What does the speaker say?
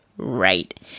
Right